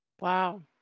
Wow